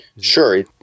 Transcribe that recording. Sure